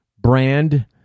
brand